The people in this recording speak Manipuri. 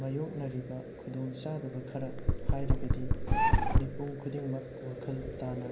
ꯃꯥꯌꯣꯛꯅꯔꯤꯕ ꯈꯨꯗꯣꯡꯆꯥꯗꯕ ꯈꯔ ꯍꯥꯏꯔꯗꯤ ꯃꯤꯄꯨꯝ ꯈꯨꯗꯤꯡꯃꯛ ꯋꯥꯈꯜ ꯇꯥꯅ